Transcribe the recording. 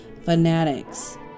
fanatics